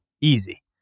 easy